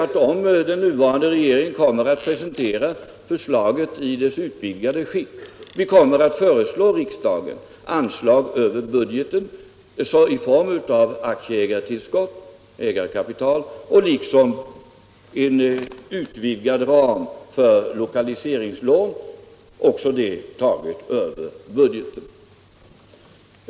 Jag förutser att om regeringen kommer att presentera förslaget i dess utvidgade form, kommer vi att föreslå riksdagen anslag över budgeten i form av såväl aktieägartillskott — ägarkapital — som en utvidgad ram för lokaliseringslån, också det taget över budgeten.